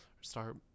start